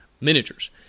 miniatures